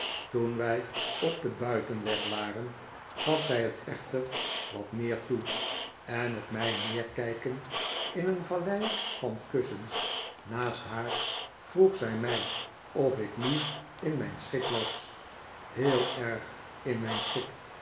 toen wij op den buitenweg waren gaf zij het echter wat meer toe en op mij neerkijkend in een vallei van kussens naast haar vroeg zij mij of ik nu in mijn schik was heel erg in mijn schik